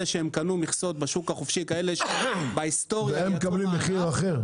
שהם קנו מכסות בשוק החופשי --- והם מקבלים מחיר אחר?